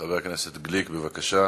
חבר הכנסת גליק, בבקשה.